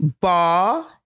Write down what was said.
Ball